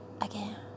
Again